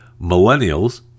Millennials